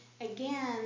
again